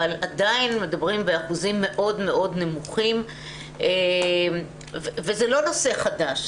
אבל עדין מדברים באחוזים מאוד נמוכים וזה לא נושא חדש.